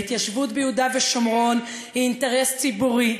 ההתיישבות ביהודה ושומרון היא אינטרס ציבורי.